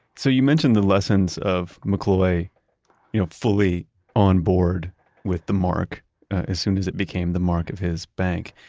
so you mentioned the lessons of mccloy you know fully on board with the mark as soon as it became the mark of his bank.